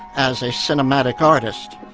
as a cinematic artist,